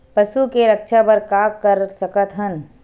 पशु के रक्षा बर का कर सकत हन?